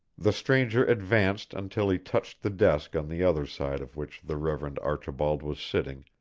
the stranger advanced until he touched the desk on the other side of which the reverend archibald was sitting,